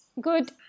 Good